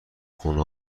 خونه